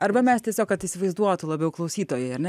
arba mes tiesiog kad įsivaizduotų labiau klausytojai ar ne